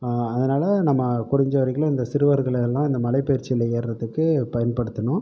அதனால் நம்ம குறைஞ்சவரைக்கிலும் இந்த சிறுவர்களையெல்லாம் இந்த மலைப் பயிற்சியில் ஏறதுக்கு பயன்படுத்தணும்